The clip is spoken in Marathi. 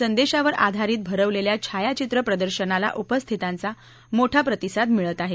प्रयागराज आधारित भरवलेल्या छायाचित्र प्रदर्शनाला उपस्थितांचा मोठा प्रतिसाद मिळत आहे